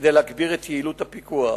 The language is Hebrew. כדי להגביר את יעילות הפיקוח.